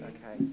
Okay